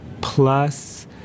plus